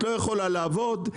את לא יכולה לעבוד.